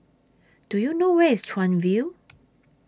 Do YOU know Where IS Chuan View